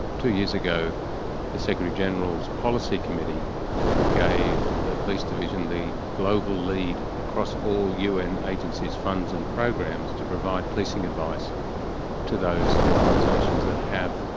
two years ago the secretary-general's policy committee gave the police division the global lead across all un agencies, funds and programs, to provide policing advice to those organisations that have,